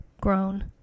grown